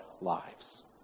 lives